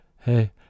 hey